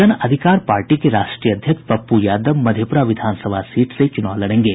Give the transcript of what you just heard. जन अधिकार पार्टी के राष्ट्रीय अध्यक्ष पप्पू यादव मधेपुरा विधानसभा सीट से चुनाव लड़ेंगे